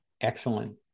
Excellent